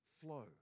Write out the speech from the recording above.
flow